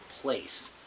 place